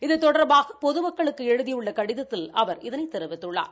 இது தொடர்பாக பொதுமக்களுக்கு எழுதியுள்ள கடிதத்தில் அவர் இதனைத் தெரிவித்துள்ளார்